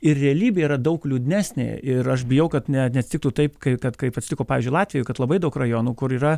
ir realybė yra daug liūdnesnė ir aš bijau kad ne neatsitiktų taip kaip kad kaip atsitiko pavyzdžiui latvijoj kad labai daug rajonų kur yra